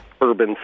urban